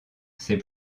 c’est